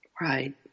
Right